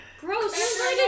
Gross